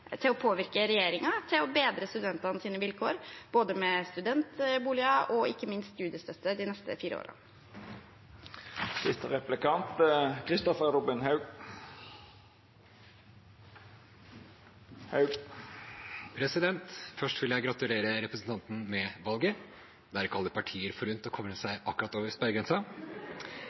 til å påvirke regjeringen til å bedre studentenes vilkår, både med studentboliger og ikke minst studiestøtte de neste fire årene. Først vil jeg gratulere representanten med valget. Det er ikke alle partier forunt å komme seg akkurat over sperregrensa!